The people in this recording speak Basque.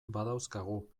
badauzkagu